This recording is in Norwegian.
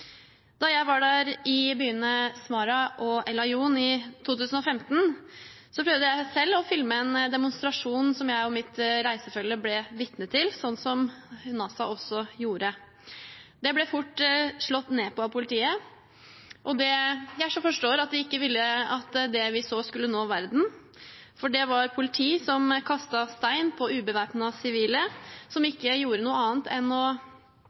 Da jeg var der i byene Smara og El Aaiún i 2015, prøvde jeg selv å filme en demonstrasjon som jeg og mitt reisefølge ble vitne til – slik Nazha også gjorde. Det ble fort slått ned på av politiet, og jeg forsto at de ikke ville at det vi så, skulle nå verden – politi som kastet stein på ubevæpnede sivile, som ikke gjorde annet enn å